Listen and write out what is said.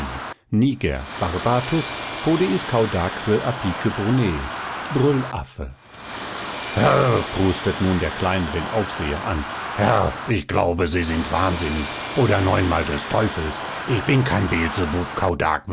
brüllaffe herr prustet nun der kleine den aufseher an herr ich glaube sie sind wahnsinnig oder neunmal des teufels ich bin kein beelzebub